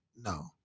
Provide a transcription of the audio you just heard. No